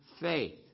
faith